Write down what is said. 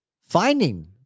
finding